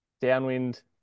downwind